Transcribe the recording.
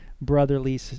brotherly